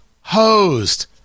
hosed